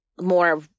more